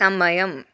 సమయం